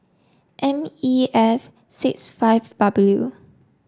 M E F six five W